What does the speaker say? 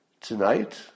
Tonight